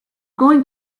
going